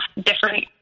different